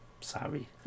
Sorry